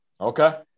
Okay